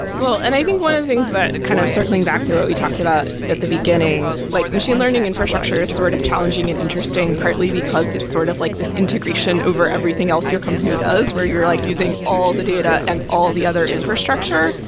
well, and i think one of the things that kind of circling back to what we talked about at the beginning, like machine learning infrastructure is sort of challenging and interesting partly because it's sort of like this integration over everything else your company does where you're like using all these data and all the other infrastructure,